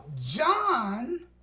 John